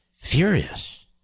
Furious